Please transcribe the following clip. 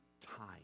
time